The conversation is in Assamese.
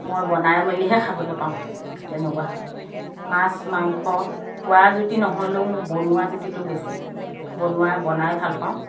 মই বনাই মেলিহে খাবলৈ পাওঁ তেনেকুৱা হয় মাছ মাংখ খোৱাৰ জুতি নহ'লেও মোৰ বনোৱা জুতিটো বেছি বনোৱা বনাই ভাল পাওঁ